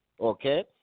okay